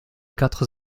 quatre